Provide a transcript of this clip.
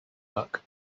luck